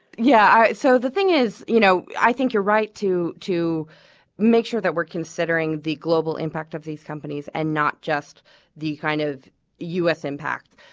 yeah. so the thing is, you know, i think you're right, too, to make sure that we're considering the global impact of these companies and not just the kind of u s. impact,